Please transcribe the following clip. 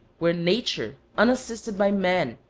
where nature, unassisted by man,